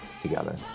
together